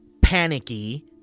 panicky